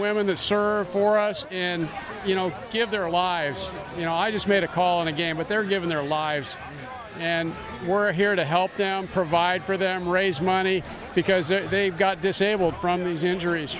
women that serve for us and you know give their lives you know i just made a call and again what they're given their lives and we're here to help them provide for them raise money because if they've got disabled from those injuries